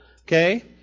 okay